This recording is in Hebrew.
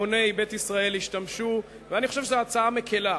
המוני בית ישראל ישתמשו, אני חושב שזאת הצעה מקלה.